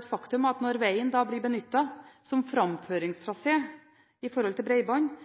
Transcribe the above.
et faktum at når vegen blir benyttet som framføringstrasé for bredbånd, har regjeringen også ansvaret for å ta hensyn til at gravearbeidet ikke forringer kvaliteten og sikkerheten på vegen. Både hensyn til